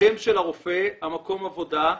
השם של הרופא, מקום העבודה,